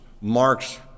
Mark's